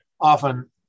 often